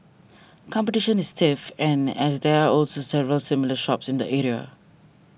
competition is stiff and as there are also several similar shops in the area